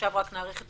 עכשיו רק נאריך את